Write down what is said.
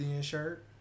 shirt